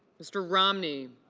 mr. romney